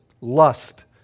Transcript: lust